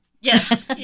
Yes